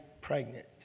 pregnant